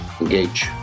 Engage